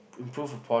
improved upon